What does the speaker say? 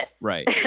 Right